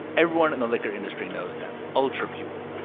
everyone in the liquor industry knows them ultra pure.